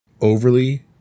overly